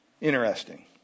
Interesting